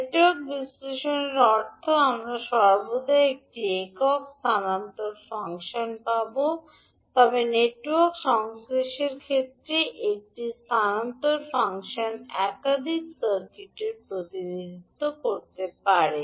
network বিশ্লেষণের অর্থ আমরা সর্বদা একটি একক স্থানান্তর ফাংশন পাব তবে নেটওয়ার্ক সংশ্লেষের ক্ষেত্রে একটি স্থানান্তর ফাংশন একাধিক সার্কিটের প্রতিনিধিত্ব করতে পারে